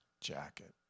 jacket